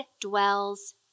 dwells